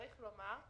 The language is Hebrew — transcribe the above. צריך לומר,